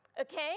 okay